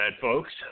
folks